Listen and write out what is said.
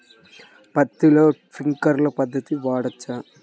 పత్తిలో ట్వింక్లర్ పద్ధతి వాడవచ్చా?